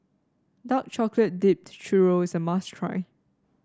Dark Chocolate Dipped Churro is a must try